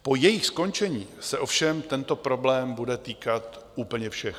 Po jejich skončení se ovšem tento problém bude týkat úplně všech.